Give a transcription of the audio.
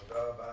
תודה רבה.